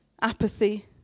apathy